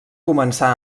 començar